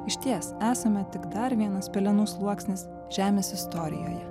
išties esame tik dar vienas pelenų sluoksnis žemės istorijoje